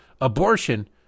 Abortion